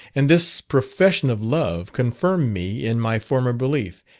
and this profession of love confirmed me in my former belief,